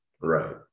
right